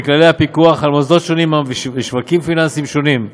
בכללי הפיקוח על מוסדות שונים ושווקים פיננסיים שונים,